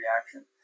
reaction